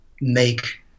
make